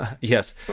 yes